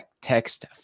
text